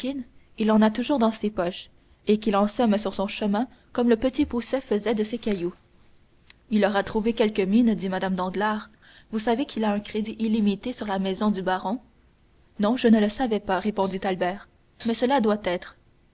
il en a toujours dans ses poches et qu'il en sème sur son chemin comme le petit poucet faisait de ses cailloux il aura trouvé quelque mine dit mme danglars vous savez qu'il a un crédit illimité sur la maison du baron non je ne le savais pas répondit albert mais cela doit être